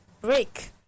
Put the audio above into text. break